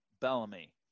Bellamy